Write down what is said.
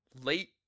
late